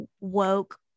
woke